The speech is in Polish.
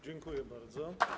Dziękuję bardzo.